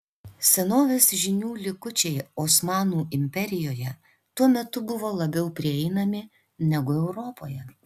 senovės žinių likučiai osmanų imperijoje tuo metu buvo labiau prieinami negu europoje